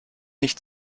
nicht